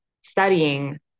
studying